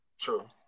True